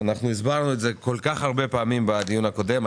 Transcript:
הסברנו את זה כל כך הרבה פעמים בדיון הקודם,